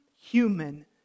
human